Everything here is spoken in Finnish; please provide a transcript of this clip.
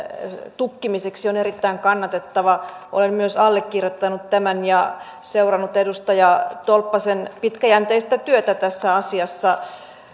tukkimiseksi on erittäin kannatettava olen myös allekirjoittanut tämän ja seurannut edustaja tolppasen pitkäjänteistä työtä tässä asiassa